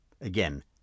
Again